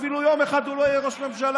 אפילו יום אחד הוא לא יהיה ראש ממשלה.